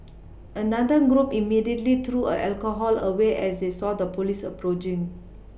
another group immediately threw a alcohol away as they saw the police approaching